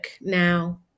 now